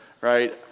Right